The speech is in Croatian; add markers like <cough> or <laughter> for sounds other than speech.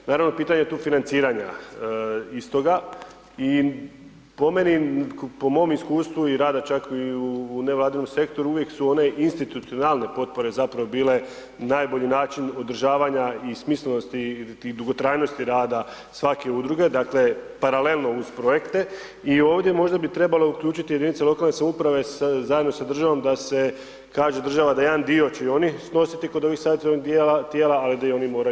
Naravno, pitanje tu financiranje istoga i po meni, po mom iskustvu i rada čak i u nevladinom sektoru uvijek su one institucionalne potpore zapravo bile i najbolji način održavanja i smislenosti i dugotrajnosti rada svake udruge, dakle paralelno uz projekte i ovdje možda bi trebalo uključiti jedinice lokalne samouprave zajedno sa državom da se kaže da država da jedan dio će i oni snositi kod ovih sad ... <unintelligible> tijela ali da i oni moraju imati tu obvezu osnivanja.